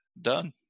done